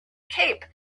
cape